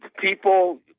People